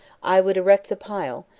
i would erect the pile,